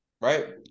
right